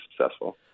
successful